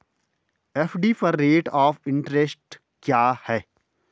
FD पर rate of interest क्या है?